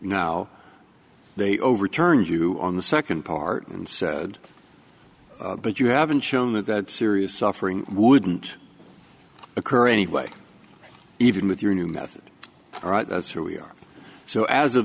now they overturned you on the second part and said but you haven't shown that that serious suffering wouldn't occur anyway even with your new method all right that's where we are so as of